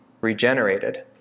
regenerated